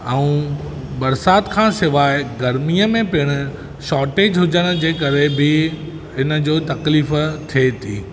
ऐं बरसाति खां सवाइ गर्मीअ में पिणि शोर्टेज हुअण जे करे बि हिनजो तकलीफ़ु थिए थी